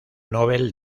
nobel